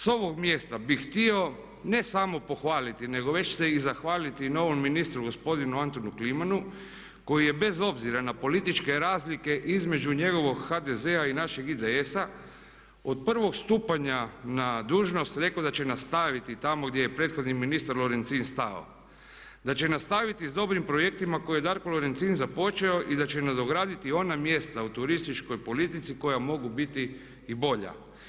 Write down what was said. S ovog mjesta bih htio ne samo pohvaliti nego već se i zahvaliti i novom ministru gospodinu Antunu Klimanu koji je bez obzira na političke razlike između njegovog HDZ-a i našeg IDS-a od prvog stupanja na dužnost rekao da će nastaviti tamo gdje je prethodni ministar Lorencin stao, da će nastaviti sa dobrim projektima koje je Darko Lorencin započeo i da će nadograditi ona mjesta u turističkoj politici koja mogu biti i bolja.